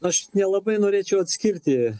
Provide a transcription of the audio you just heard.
aš nelabai norėčiau atskirti